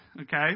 okay